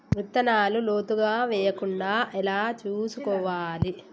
విత్తనాలు లోతుగా వెయ్యకుండా ఎలా చూసుకోవాలి?